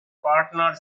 partner